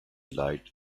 light